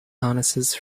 harnesses